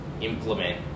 implement